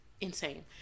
insane